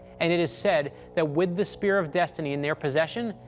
and it is said that with the spear of destiny in their possession,